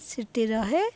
ସେଠି ରହେ